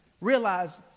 realize